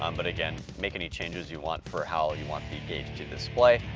um but again, make any changes you want for how you want the gauge to display.